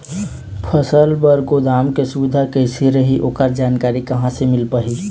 फसल बर गोदाम के सुविधा कैसे रही ओकर जानकारी कहा से मिल पाही?